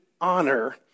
honor